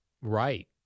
right